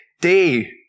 day